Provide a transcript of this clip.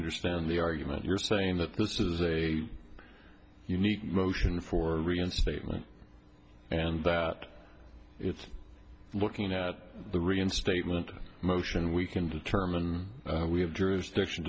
understand the argument you're saying that this is a unique motion for reinstatement and that it's looking at the reinstatement motion we can determine we have jurisdiction